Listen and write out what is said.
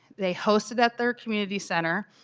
they hosted at their community center.